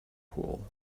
pool